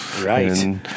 Right